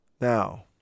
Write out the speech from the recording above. Now